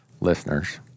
listeners